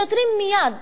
השוטרים מייד